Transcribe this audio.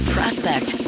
Prospect